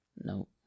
No